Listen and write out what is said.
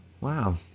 Wow